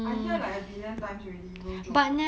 I hear like a billion times already no joke